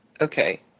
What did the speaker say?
Okay